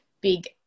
big